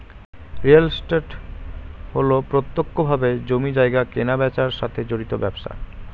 real estate হল প্রত্যক্ষভাবে জমি জায়গা কেনাবেচার সাথে জড়িত ব্যবসা